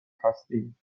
هستیم